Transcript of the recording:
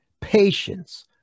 patience